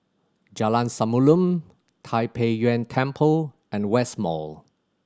Jalan Samulun Tai Pei Yuen Temple and West Mall